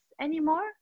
anymore